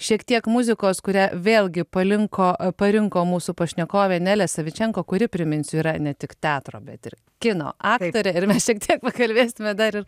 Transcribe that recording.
šiek tiek muzikos kurią vėlgi palinko parinko mūsų pašnekovė nelė savičenko kuri priminsiu yra ne tik teatro bet ir kino aktorė ir mes šiek tiek pakalbėsime dar ir